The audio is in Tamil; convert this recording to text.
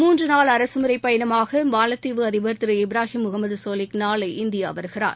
மூன்று நாள் அரசு முறை பயணமாக மாலத்தீவு அதிபர் திரு இப்ராஹிம் முகமது நாளை இந்தியா வருகிறார்